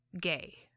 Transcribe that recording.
gay